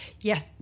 yes